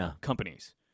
companies